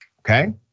okay